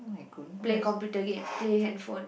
play computer game play handphone